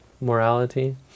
morality